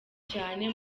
cyane